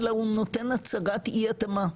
אלא הוא נותן הצהרת אי התאמה,